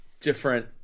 different